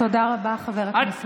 תודה רבה, חבר הכנסת גפני.